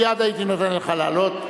מייד הייתי נותן לך לעלות.